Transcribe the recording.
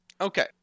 Okay